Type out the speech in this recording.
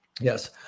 Yes